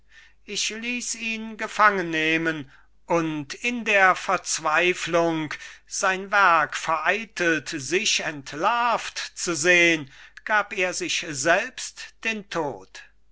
ich ließ ihn gefangennehmen und in der verzweiflung sein werk vereitelt sich entlarvt zu sehn gab er sich selbst den tod